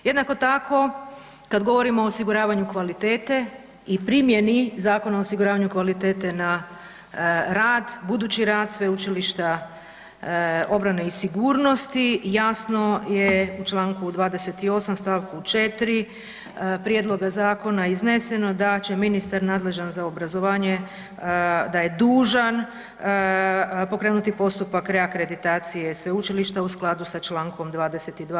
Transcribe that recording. Jednako tako, kad govorimo o osiguravanju kvalitete i primjeni Zakona o osiguravanju kvalitete na rad, budući rad Sveučilišta obrane i sigurnosti, jasno je u čl. 28. stavku 4. prijedloga zakona izneseno da će ministar nadležan za obrazovanje, da je dužan pokrenuti postupak reakreditacije sveučilišta u skladu sa čl. 22.